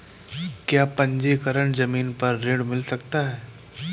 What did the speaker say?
क्या पंजीकरण ज़मीन पर ऋण मिल सकता है?